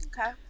Okay